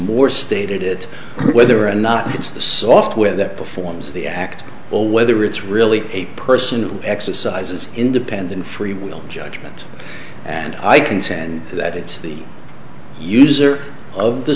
moore stated it whether or not it's the software that performs the act or whether it's really a person who exercises independent free will judgment and i contend that it's the user of the